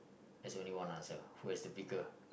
there's only one answer who has the picker